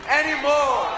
anymore